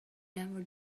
never